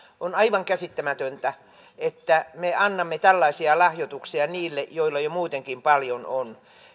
on aivan käsittämätöntä että me annamme tällaisia lahjoituksia niille joilla jo muutenkin paljon on